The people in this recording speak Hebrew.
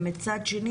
ומצד שני,